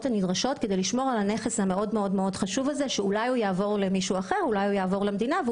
הנדרשות לשימור הנכס החשוב שאולי יעבור למישהו אחר או למדינה.